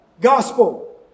Gospel